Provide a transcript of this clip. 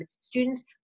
students